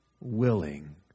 willing